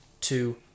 two